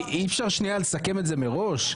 אי-אפשר שנייה לסכם את זה מראש?